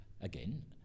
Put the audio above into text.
again